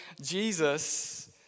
Jesus